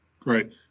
Great